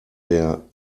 der